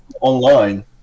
online